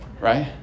Right